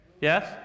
Yes